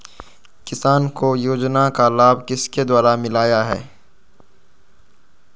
किसान को योजना का लाभ किसके द्वारा मिलाया है?